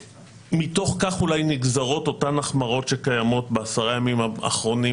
מתוך כך אולי נגזרות אותן החמרות שקיימות בעיקר בעשרת הימים האחרונים